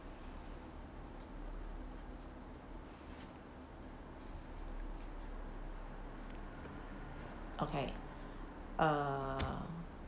okay err